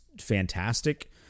fantastic